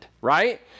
right